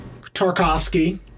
Tarkovsky